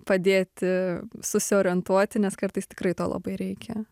padėti susiorientuoti nes kartais tikrai to labai reikia